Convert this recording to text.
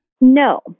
No